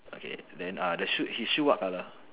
okay then uh the shoe his shoe what colour